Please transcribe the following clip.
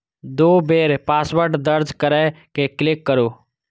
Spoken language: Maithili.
दू बेर पासवर्ड दर्ज कैर के क्लिक करू